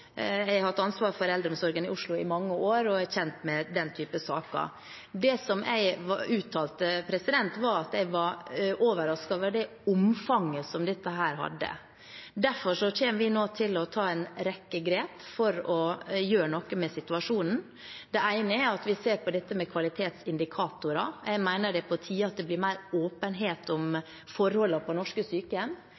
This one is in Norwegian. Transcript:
Jeg har hatt ansvaret for eldreomsorgen i Oslo i mange år og er kjent med den type saker. Det jeg uttalte, var at jeg var overrasket over det omfanget som dette hadde. Derfor kommer vi nå til å ta en rekke grep for å gjøre noe med situasjonen. Det ene er at vi ser på dette med kvalitetsindikatorer. Jeg mener det er på tide at det blir mer åpenhet om